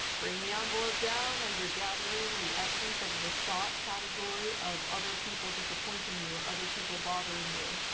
bring the envelope down as you're gathering the essence of the thought category of other people disappointing you or other people bothering you.